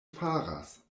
faras